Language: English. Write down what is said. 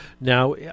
now